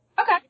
Okay